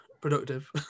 productive